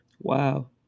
wow